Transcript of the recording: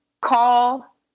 call